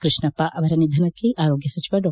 ಕೃಷ್ಣಪ್ಪ ಅವರ ನಿಧನಕ್ಕೆ ಆರೋಗ್ಯ ಸಚಿವ ಡಾ